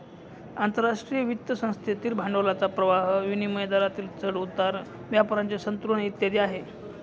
आंतरराष्ट्रीय वित्त संस्थेतील भांडवलाचा प्रवाह, विनिमय दरातील चढ उतार, व्यापाराचे संतुलन इत्यादी आहे